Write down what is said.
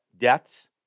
deaths